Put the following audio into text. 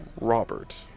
Robert